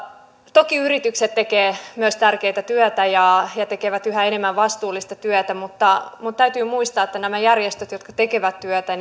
toki yritykset tekevät myös tärkeätä työtä ja yhä enemmän vastuullista työtä mutta täytyy muistaa että nämä järjestöt tekevät sitä työtä